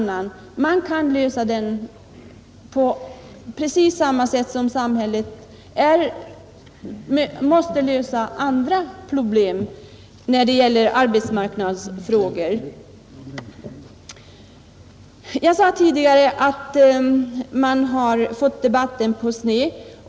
Samhället kan lösa de problemen på samma sätt som det måste lösa andra problem som gäller arbetsmarknadsfrågor. Jag sade tidigare att debatten har kommit på sned.